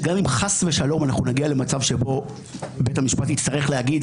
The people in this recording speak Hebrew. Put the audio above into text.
שגם אם חס ושלום אנחנו נגיע למצב שבו בית המשפט יצטרך להגיד: